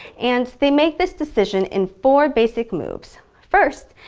and they make this decision in four basic moves first,